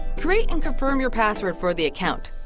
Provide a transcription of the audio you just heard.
create and confirm your password for the account.